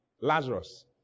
Lazarus